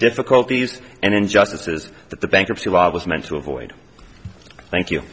difficulties and injustices that the bankruptcy law was meant to avoid thank you